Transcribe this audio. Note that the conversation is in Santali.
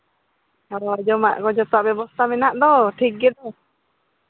ᱟᱨ ᱡᱚᱢᱟᱜ ᱠᱚ ᱡᱚᱛᱚ ᱵᱮᱵᱚᱥᱛᱷᱟ ᱢᱮᱱᱟᱜ ᱫᱚ ᱴᱷᱤᱠ ᱜᱮᱭᱟ ᱛᱚ